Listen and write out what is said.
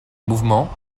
mouvement